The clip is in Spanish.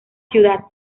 ciudad